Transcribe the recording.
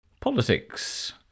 Politics